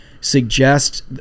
suggest